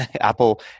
Apple